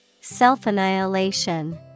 Self-annihilation